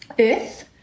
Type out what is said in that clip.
earth